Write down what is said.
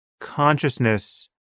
consciousness